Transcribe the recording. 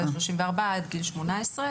אבל 34 עד גיל 18,